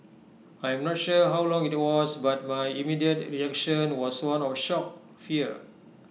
I am not sure how long IT was but my immediate reaction was one of shock fear